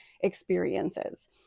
experiences